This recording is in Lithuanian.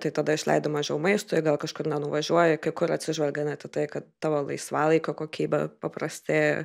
tai tada išleidi mažiau maistui gal kažkur nevažiuoji kai kur atsižvelgia net į kad tavo laisvalaikio kokybė paprastėja